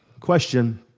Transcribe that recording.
Question